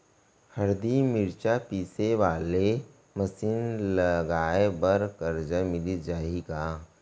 हरदी, मिरचा पीसे वाले मशीन लगाए बर करजा मिलिस जाही का?